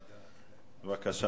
בבקשה.